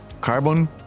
carbon